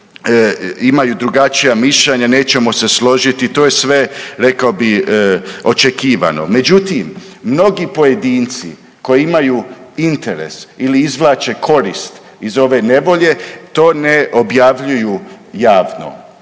imaju drugačija mišljenja nećemo se složiti, to je sve rekao bi očekivano. Međutim, mnogi pojedinci koji imaju interes ili izvlače korist iz ove nevolje, to ne objavljuju javno